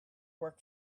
work